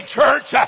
church